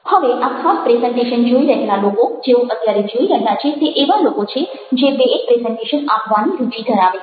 હવે આ ખાસ પ્રેઝન્ટેશન જોઇ રહેલા લોકો જેઓ અત્યારે જોઈ રહ્યા છે તે એવા લોકો છે જે બે એક પ્રેઝન્ટેશન આપવાની રુચિ ધરાવે છે